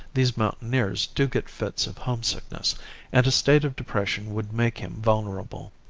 these mountaineers do get fits of home sickness and a state of depression would make him vulnerable.